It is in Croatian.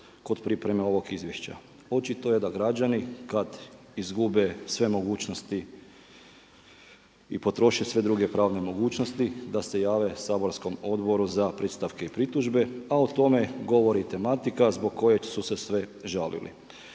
kod pripreme ovog izvješća. Očito je da građani kada izgube sve mogućnosti i potroše sve druge pravne mogućnosti da se jave saborskom Odboru za predstavke i pritužbe. A o tome govori i tematika zbog kojeg su se sve žalili.